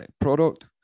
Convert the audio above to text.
product